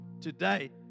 today